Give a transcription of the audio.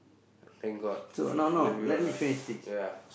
I thank god love you Allah ya